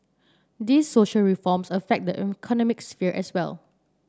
these social reforms affect the economic sphere as well